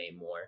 more